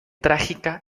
trágica